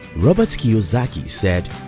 robert kiyosaki said,